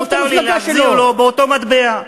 מותר לי להחזיר לו באותו מטבע.